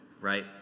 right